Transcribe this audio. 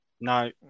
no